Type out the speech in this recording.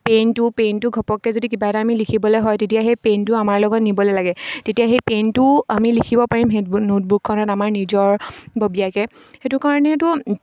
পেনটো পেনটো ঘপককৈ যদি কিবা এটা আমি লিখিবলৈ হয় তেতিয়া সেই পেনটো আমাৰ লগত নিবলৈ লাগে তেতিয়া সেই পেনটো আমি লিখিব পাৰিম সেইবোৰ নোটবুকখনত আমাৰ নিজৰববীয়াকৈ সেইটো কাৰণেতো